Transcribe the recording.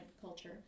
culture